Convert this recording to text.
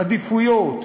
עדיפויות,